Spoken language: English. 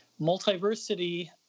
Multiversity